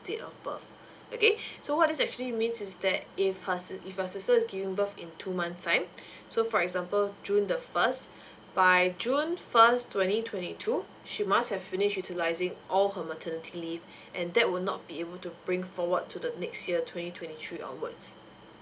date of birth okay so what this actually means is that if her sister if your sister is giving birth in two months time so for example june the first by june first twenty twenty two she must have finish utilizing all her maternity leave and that will not be able to bring forward to the next year twenty twenty three onwards